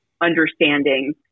understanding